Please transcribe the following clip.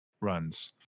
runs